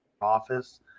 office